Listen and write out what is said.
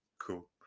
Cool